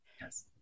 Yes